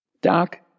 Doc